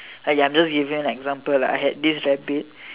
!aiya! I'm just giving you an example lah I had this rabbit